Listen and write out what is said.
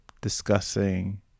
discussing